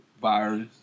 virus